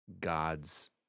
God's